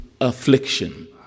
affliction